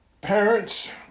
parents